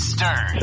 Stern